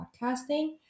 podcasting